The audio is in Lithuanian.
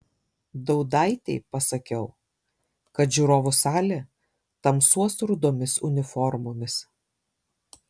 daudaitei pasakiau kad žiūrovų salė tamsuos rudomis uniformomis